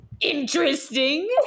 interesting